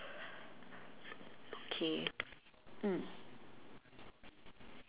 okay mm